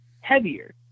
heavier